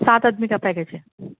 سات آدمی کا پیکیج ہے